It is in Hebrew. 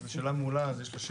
זאת שאלה מעולה, אז יש לה שקף,